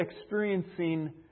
experiencing